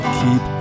keep